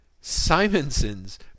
Simonson's